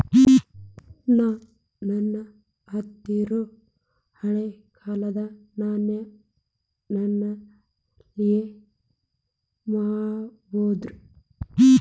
ನಾ ನನ್ನ ಹತ್ರಿರೊ ಹಳೆ ಕಾಲದ್ ನಾಣ್ಯ ನ ಎಲ್ಲಿ ಮಾರ್ಬೊದು?